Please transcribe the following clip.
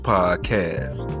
Podcast